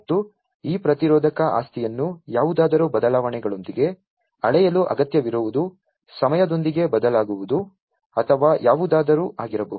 ಮತ್ತು ಈ ಪ್ರತಿರೋಧಕ ಆಸ್ತಿಯನ್ನು ಯಾವುದಾದರೂ ಬದಲಾವಣೆಗಳೊಂದಿಗೆ ಅಳೆಯಲು ಅಗತ್ಯವಿರುವುದು ಸಮಯದೊಂದಿಗೆ ಬದಲಾಗಬಹುದು ಅಥವಾ ಯಾವುದಾದರೂ ಆಗಿರಬಹುದು